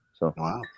Wow